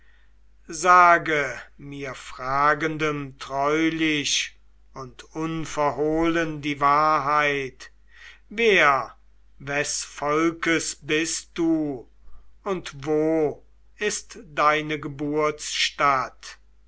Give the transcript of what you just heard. sage mir fragendem treulich und unverhohlen die wahrheit wer wes volkes bist du und wo ist deine geburtsstadt